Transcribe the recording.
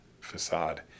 facade